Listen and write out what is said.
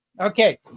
Okay